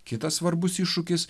kitas svarbus iššūkis